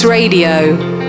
Radio